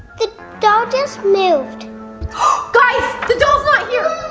the doll just moved guys, the doll's not here!